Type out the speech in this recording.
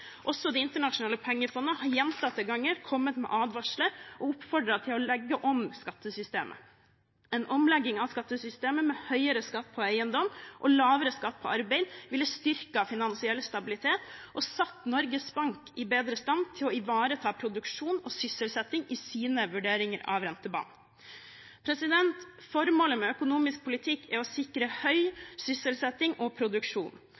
Også Det internasjonale pengefondet har gjentatte ganger kommet med advarsler og oppfordret til å legge om skattesystemet. En omlegging av skattesystemet – med høyere skatt på eiendom og lavere skatt på arbeid – ville styrket finansiell stabilitet og satt Norges Bank i bedre stand til å ivareta produksjon og sysselsetting i sine vurderinger av rentebanen. Formålet med økonomisk politikk er å sikre høy sysselsetting og produksjon.